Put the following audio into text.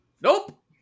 Nope